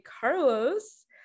Carlos